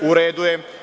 U redu je.